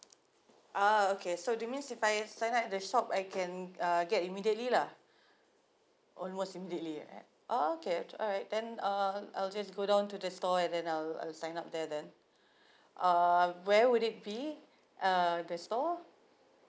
ah okay so do you means if I sign up in the shop I can uh get immediately lah almost immediately okay alright then uh I'll just go down to the store and then I'll I'll sign up there then uh where would it be uh the store